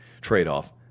trade-off